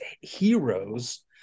heroes